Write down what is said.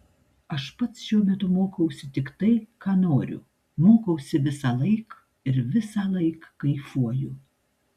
aš pats šiuo metu mokausi tik tai ką noriu mokausi visąlaik ir visąlaik kaifuoju